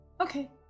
Okay